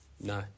No